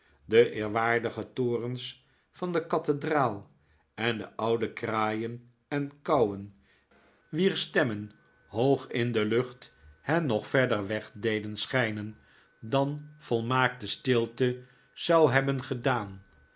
de eerwaardige torens van de kathedraal en de oude kraaien en kauwen wier stemmen hoog in de lucht hen nog ver weg deden schijnen dan volmaakte stilte zou hebben gedaan